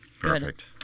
Perfect